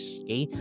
okay